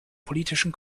politischen